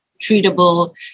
treatable